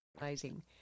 Amazing